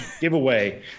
giveaway